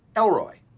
elroy.